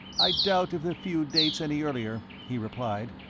i doubt if the feud dates any earlier, he replied,